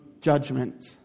judgment